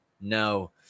no